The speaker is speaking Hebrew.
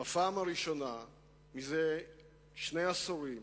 בפעם הראשונה זה שני עשורים